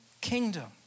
kingdom